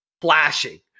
flashing